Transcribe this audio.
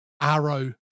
Arrow